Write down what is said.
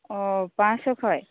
ᱚᱻ ᱯᱟᱸᱥᱥᱚ ᱠᱷᱚᱡ